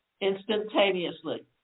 instantaneously